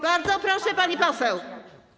Bardzo proszę, pani poseł.